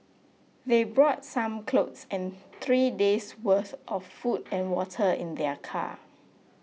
they brought some clothes and three days' worth of food and water in their car